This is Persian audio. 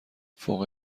فوق